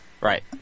Right